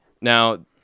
Now